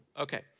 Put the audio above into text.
Okay